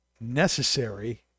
necessary